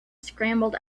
scrambled